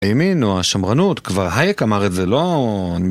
האמין או השמרנות, כבר הייק אמר את זה, לא...